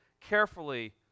carefully